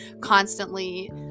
constantly